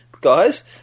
guys